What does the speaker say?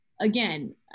again